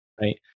right